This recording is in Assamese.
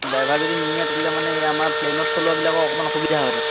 ড্ৰাইভাৰ যদি নিনিয়া তেতিয়া মানে আমাৰ প্লেইনত চলোৱাবিলাকৰ অকণমান অসুবিধা হয় তাত